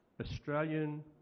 Australian